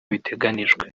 biteganijwe